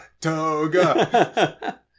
toga